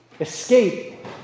escape